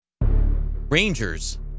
Rangers